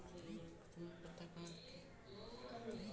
खाता खोलावे बदी का का देवे के होइ?